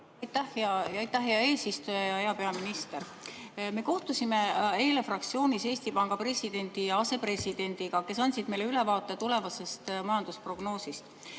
Aitäh, hea eesistuja! Hea peaminister! Me kohtusime eile fraktsioonis Eesti Panga presidendi ja asepresidendiga, kes andsid meile ülevaate tulevasest majandusprognoosist.